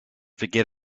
forget